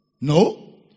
No